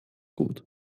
gut